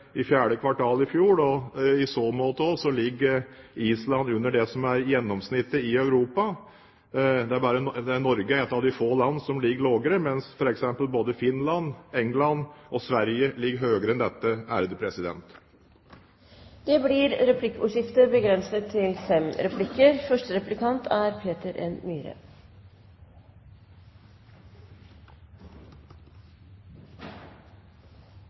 I så måte ligger Island under det som er gjennomsnittet i Europa, der Norge er et av de få landene som ligger lavere, mens f.eks. både Finland, Storbritannia og Sverige ligger høyere enn dette. Det blir replikkordskifte. Jeg merker meg at finansministeren understreker at Norge står ved sine forpliktelser, og at han sier at støtten inngår i et internasjonalt samarbeid. Alt dette er